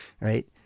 Right